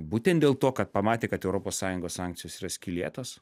būtent dėl to kad pamatė kad europos sąjungos sankcijos yra skylėtos